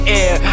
air